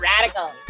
radical